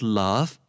love